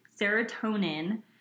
serotonin